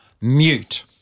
mute